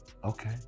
Okay